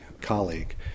colleague